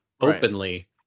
openly